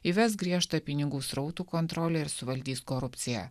įves griežtą pinigų srautų kontrolę ir suvaldys korupciją